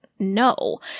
No